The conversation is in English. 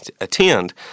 attend